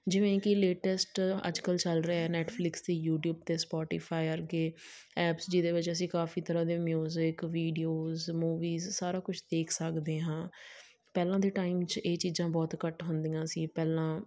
ਜਿਵੇਂ ਕਿ ਲੇਟੈਸਟ ਅੱਜ ਕੱਲ੍ਹ ਚੱਲ ਰਿਹਾ ਨੈਟਫਲਿਕਸ ਅਤੇ ਯੂਟੀਊਬ ਅਤੇ ਸਪੋਟੀਫਾਈ ਵਰਗੇ ਐਪਸ ਜਿਹਦੇ ਵਿੱਚ ਅਸੀਂ ਕਾਫੀ ਤਰ੍ਹਾਂ ਦੇ ਮਿਊਜਿਕ ਵੀਡੀਓਜ ਮੂਵੀਜ਼ ਸਾਰਾ ਕੁਝ ਦੇਖ ਸਕਦੇ ਹਾਂ ਪਹਿਲਾਂ ਦੇ ਟਾਈਮ 'ਚ ਇਹ ਚੀਜ਼ਾਂ ਬਹੁਤ ਘੱਟ ਹੁੰਦੀਆਂ ਸੀ ਪਹਿਲਾਂ